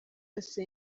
yose